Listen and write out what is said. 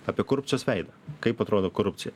apie korupcijos veidą kaip atrodo korupcija